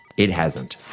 it hasn't.